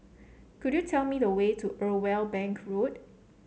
could you tell me the way to Irwell Bank Road